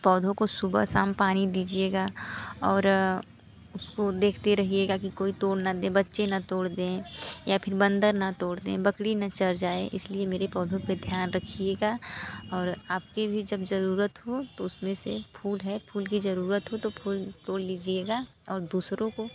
पौधों को सुबह शाम पानी दीजिएगा और उसको देखते रहिएगा कि कोई तोड़ न दे बच्चे न तोड़ दें या फिर बंदर न तोड़ दें बकरी न चर जाए इसलिए मेरे पौधों पर ध्यान रखिएगा और आपकी भी जब ज़रूरत हो तो उसमें से फूल है फूल की ज़रूरत हो तो फूल तोड़ लीजिएगा और दूसरों को